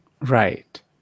Right